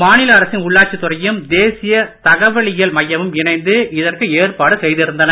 மாநில அரசின் உள்ளாட்சித் துறையும் தேசிய தகவலியல் மையமும் இணைந்து இதற்கு ஏற்பாடு செய்திருந்தன